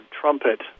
trumpet